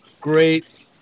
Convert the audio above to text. great